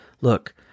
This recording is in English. Look